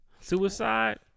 Suicide